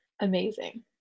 amazing